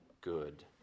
good